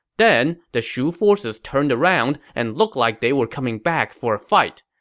then the shu forces turned around and looked like they were coming back for a fight,